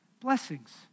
Blessings